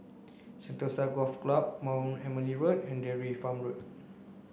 Sentosa Golf Club Mount Emily Road and Dairy Farm Road